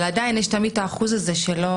אבל עדיין יש תמיד את האחוז הזה שלא